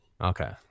okay